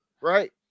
Right